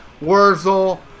Wurzel